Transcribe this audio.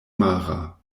mara